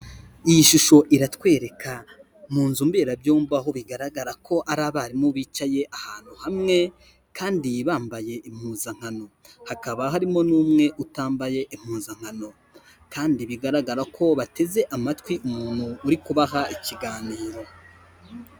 Iyi shusho iratwereka mu nzu mberabyomba aho bigaragara ko ari abarimu bicaye ahantu hamwe kandi bambaye impuzankano, hakaba harimo n'umwe utambaye impuzankano kandi bigaragara ko bateze amatwi umuntu uri kubaha ikiganiro.